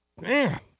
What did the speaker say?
man